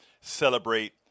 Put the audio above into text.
celebrate